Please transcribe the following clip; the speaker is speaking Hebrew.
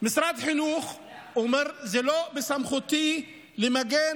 משרד החינוך אומר: זה לא בסמכותי למגן